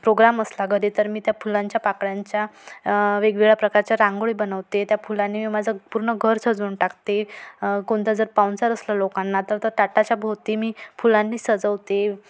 programme असला घरी तर मी त्या फुलांच्या पाकळ्यांच्या वेगवेगळ्या प्रकारच्या रांगोळी बनवते त्या फुलांनी मी माझं पूर्ण घर सजवून टाकते कोणता जर पाहुणचार असलं लोकांना तर त ताटाच्या भोवती मी फुलांनी सजवते